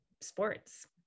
sports